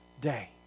day